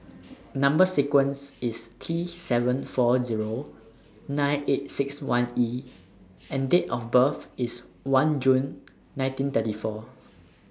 Number sequence IS T seven four Zero nine eight six one E and Date of birth IS one June nineteen thirty four